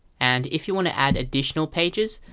and if you want to add additional pages,